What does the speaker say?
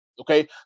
Okay